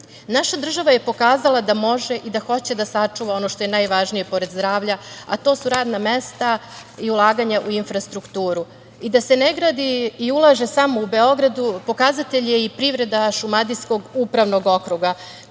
država je pokazala da može i da hoće da sačuva ono što je najvažnije, pored zdravlja, a to su radna mesta i ulaganje u infrastrukturu. Da se ne gradi i ulaže samo u Beogradu, pokazatelj je i privreda Šumadijskog upravnog okruga,